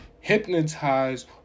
hypnotized